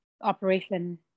operation